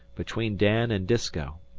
between dan and disko.